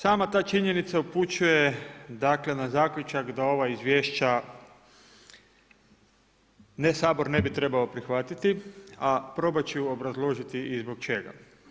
Sama ta činjenica upućuje na zaključak da ova izvješća Sabor ne bi trebao prihvatiti, a probat ću obrazložiti i zbog čega.